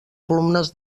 columnes